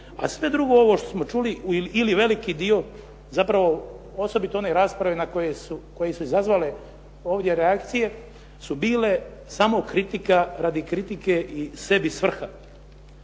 a sve drugo ovo što smo čuli ili veliki dio zapravo osobito one rasprave koje su izazvale ovdje reakcije su bile samo kritika radi kritike i sebi svrha.